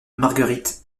marguerite